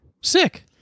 Sick